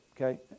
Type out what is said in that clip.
okay